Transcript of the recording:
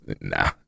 nah